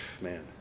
Man